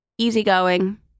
easygoing